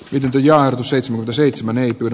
lydiard seitsemän seitsemän ei pyri